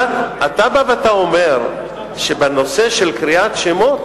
אתה בא ואתה אומר שבנושא של קריאת שמות